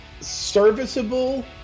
serviceable